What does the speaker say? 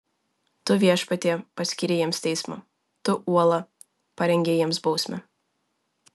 tu viešpatie paskyrei jiems teismą tu uola parengei jiems bausmę